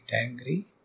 angry